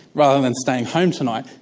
rather than staying home tonight,